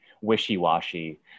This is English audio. wishy-washy